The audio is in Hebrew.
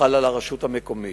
חלה על הרשות המקומית.